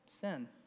sin